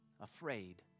Afraid